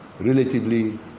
relatively